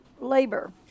labor